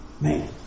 Man